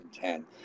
ten